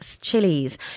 chilies